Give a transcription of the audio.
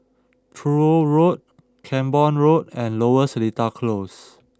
Truro Road Camborne Road and Lower Seletar Close